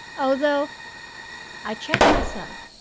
although i checked myself.